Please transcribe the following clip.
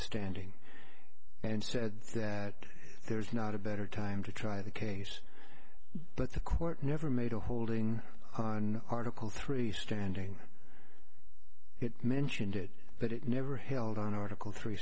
standing and said that there is not a better time to try the case but the court never made a holding on article three standing it mentioned it but it never held on article three